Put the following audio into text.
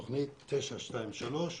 תוכנית 923,